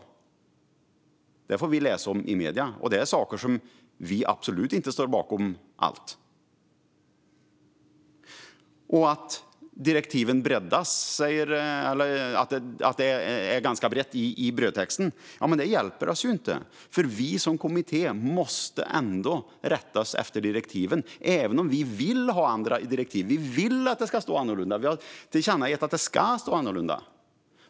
Detta får vi läsa om i medierna, och det är saker som vi absolut inte står bakom till fullo. Att det är ganska brett i brödtexten hjälper oss inte. Vi som kommitté måste ändå rätta oss efter direktiven, även om vi vill ha andra direktiv och vill att det ska stå annorlunda. Vi har tillkännagett att det ska stå annorlunda.